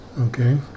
Okay